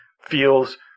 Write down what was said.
feels